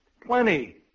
Plenty